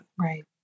Right